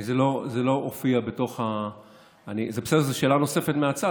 זה לא הופיע, בסדר, זו שאלה נוספת מהצד.